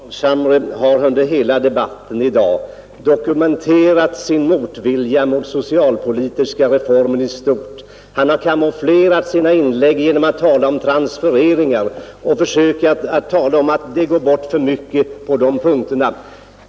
Herr talman! Herr Carlshamre har under hela debatten i dag dokumenterat sin motvilja mot socialpolitiska reformer i stort. Han har kamouflerat sina inlägg genom att tala om transfereringar och försökt tala om att det går bort för mycket därigenom.